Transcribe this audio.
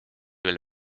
veel